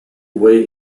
way